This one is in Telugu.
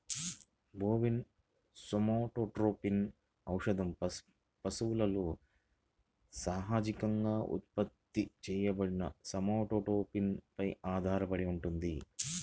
బోవిన్ సోమాటోట్రోపిన్ ఔషధం పశువులలో సహజంగా ఉత్పత్తి చేయబడిన సోమాటోట్రోపిన్ పై ఆధారపడి ఉంటుంది